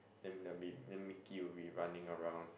then the then Mickey would be running around